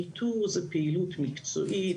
ניתור זו פעילות מקצועית,